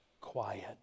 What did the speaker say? quiet